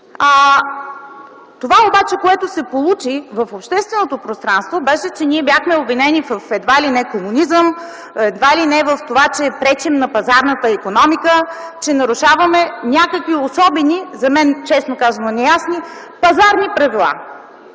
Това обаче, което се получи в общественото пространство, беше, че ние бяхме обвинени едва ли не в комунизъм, едва ли не в това, че пречим на пазарната икономика, че нарушаваме някакви особени, за мен – честно казано – неясни пазарни правила.